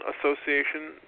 association